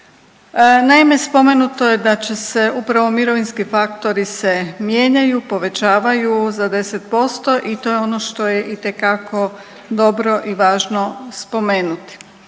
Naime, spomenuto je da će se upravo mirovinski faktori se mijenjaju, povećavaju za 10% i to je ono što je itekako dobro i važno spomenuti.